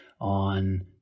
on